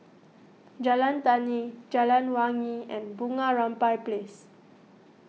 Jalan Tani Jalan Wangi and Bunga Rampai Place